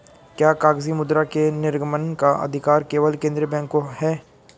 क्या कागजी मुद्रा के निर्गमन का अधिकार केवल केंद्रीय बैंक को है?